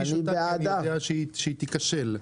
אותה כי אני יודע שהיא תיכשל בקואליציה.